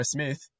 Smith